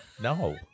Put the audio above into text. No